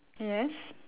yes